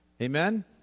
Amen